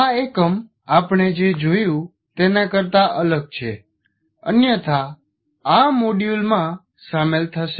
આ એકમ આપણે જે જોયું તેના કરતા અલગ છે અન્યથા આ મોડ્યુલમાં સામેલ થશે